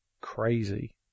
crazy